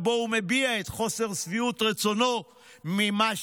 ובו הוא מביע את חוסר שביעות רצונו ממה